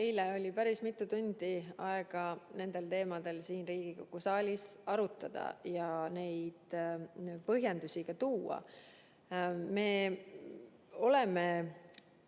Eile oli päris mitu tundi aega nendel teemadel siin Riigikogu saalis arutada ja neid põhjendusi tuua. Me oleme